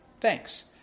thanks